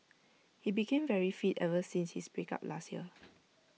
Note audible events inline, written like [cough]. he became very fit ever since his break up last year [noise]